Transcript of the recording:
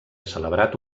celebrat